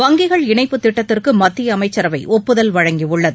வங்கிகள் இணைப்பு திட்டத்திற்கு மத்திய அமைச்சரவை ஒப்புதல் வழங்கியுள்ளது